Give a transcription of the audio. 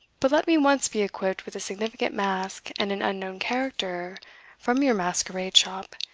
but let me once be equipped with a significant mask and an unknown character from your masquerade shop,